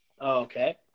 Okay